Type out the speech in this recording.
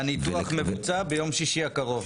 והניתוח מבוצע ביום שישי הקרוב.